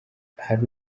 hari